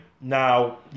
now